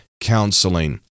counseling